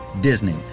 Disney